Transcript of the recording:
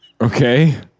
Okay